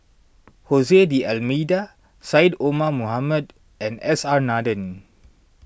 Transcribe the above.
Jose D'Almeida Syed Omar Mohamed and S R Nathan